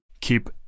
keep